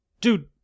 dude